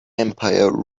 empire